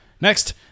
Next